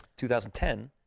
2010